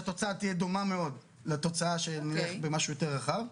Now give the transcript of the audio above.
שהתוצאה תהיה דומה מאוד לתוצאה שנלך במשהו יותר רחב.